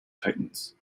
titans